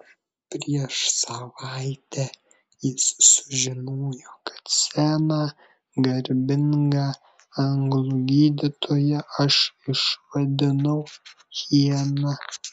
prieš savaitę jis sužinojo kad seną garbingą anglų gydytoją aš išvadinau hiena